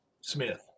Smith